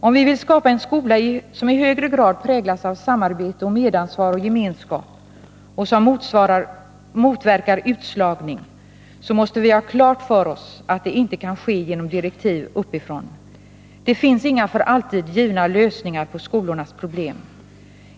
Om vi vill skapa en skola som i högre grad präglas av samarbete, medansvar och gemenskap och som motverkar utslagning, så måste vi ha klart för oss att det inte kan ske genom direktiv uppifrån. Det finns inga för alltid givna lösningar på skolornas problem.